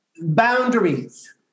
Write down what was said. boundaries